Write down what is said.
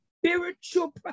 Spiritual